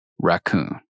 raccoon